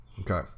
Okay